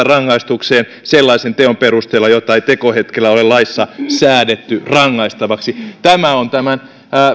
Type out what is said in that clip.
rangaistukseen sellaisen teon perusteella jota ei tekohetkellä ole laissa säädetty rangaistavaksi tämä on tämän